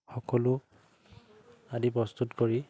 সকলো আদি প্ৰস্তুত কৰি